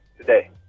today